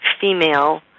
female